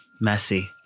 messy